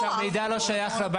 אני רוצה להגיד שהמידע לא שייך לבנק,